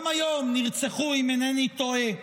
גם היום נרצחו, אם אינני טועה,